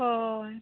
ᱦᱳᱭ